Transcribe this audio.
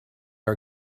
are